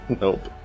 nope